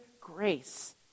grace